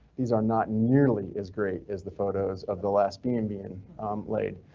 these are not nearly as great as the photos of the last being being laid,